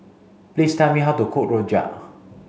please tell me how to cook Rojak